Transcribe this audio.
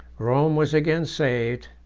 rome was again saved,